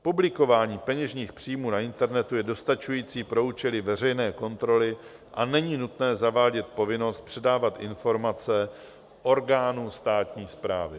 Publikování peněžních příjmů na internetu je dostačující pro účely veřejné kontroly a není nutné zavádět povinnost předávat informace orgánu státní správy.